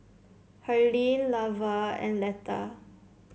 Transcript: Harlene Lavar and Leta